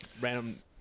random